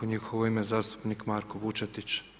U njihovo ime zastupnik Marko Vučetić.